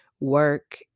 work